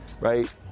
right